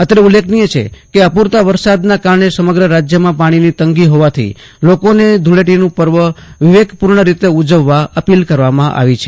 અત્રે ઉલ્લેખનીય છે કે યાલુ વર્ષે અપૂરતા વરસાદના કારણે સમગ્ર રાજ્યમાં પાણીની તંગી હોવાથી લોકોને ધુળેટીનું પર્વ વિવેકપૂર્ણ રીતે ઉજવવા અપીલ કરવામાં આવી છે